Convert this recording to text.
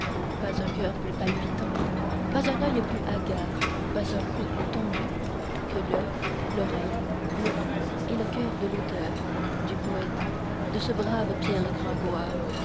pas un coeur plus palpitant pas un oeil plus hagard pas un cou plus tendu que l'oeil l'oreille le cou et le coeur de l'auteur du poète de ce brave pierre gringoire